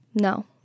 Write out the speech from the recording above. No